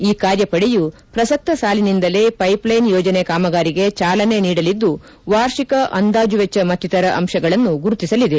ಈ ಕಾರ್ಯಪಡೆಯು ಪ್ರಸಕ್ತ ಸಾಲಿನಿಂದಲೇ ಪೈಪ್ಲೈನ್ ಯೋಜನೆ ಕಾಮಗಾರಿಗೆ ಚಾಲನೆ ನೀಡಲಿದ್ದು ವಾರ್ಷಿಕ ಅಂದಾಜು ವೆಚ್ಚ ಮತ್ತಿತರ ಅಂಶಗಳನ್ನು ಗುರುತಿಸಲಿದೆ